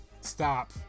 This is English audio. Stop